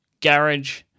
garage